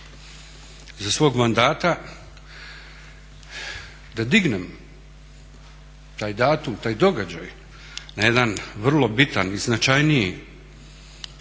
za svog mandata da dignem taj datum, taj događaj na jedan vrlo bitan i značajniji način